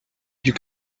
you